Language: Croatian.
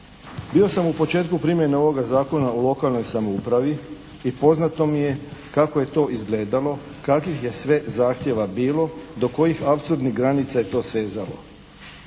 Bio sam u početku primjene ovoga zakona o lokalnoj samoupravi i poznato mi je kako je to izgledalo, kakvih je sve zahtjeva bilo, do kojih apsurdnih granica je to sezalo.